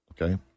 Okay